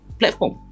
platform